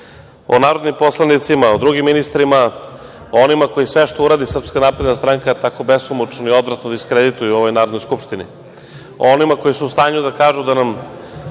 o narodnim poslanicima, o drugim ministrima, o onima koji sve što uradi Srpska napredna stranka, tako besomučno i odvratno diskredituju u ovoj Narodnoj skupštini.O onima koji su u stanju da kažu da nam